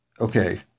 Okay